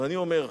ואני אומר: